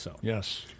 Yes